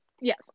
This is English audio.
Yes